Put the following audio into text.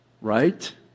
Right